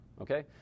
okay